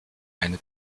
eine